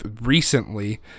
recently